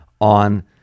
on